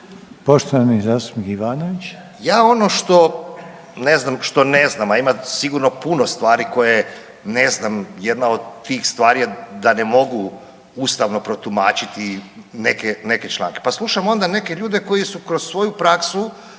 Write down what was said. Poštovani zastupnik Ivanović.